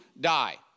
die